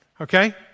Okay